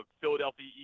Philadelphia